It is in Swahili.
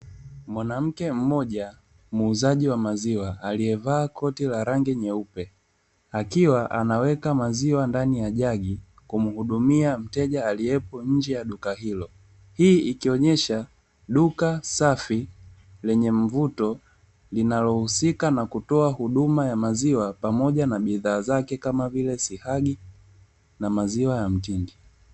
Mwanamke mmoja muuzaji wa maziwa aliyevaa koti la rangi nyeupe akiwa anaweka maziwa ndani ya jagi kumhudumia mteja aliyepo nje ya duka hilo. Hii ikionyesha duka safi lenye mvuto, linalohusika na kutoa huduma ya maziwa pamoja na bidhaa zake, kama vile siagi na maziwa ya mtindi.